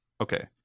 Okay